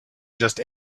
just